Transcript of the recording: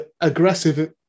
aggressive